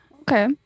Okay